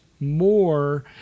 more